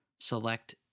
Select